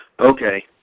Okay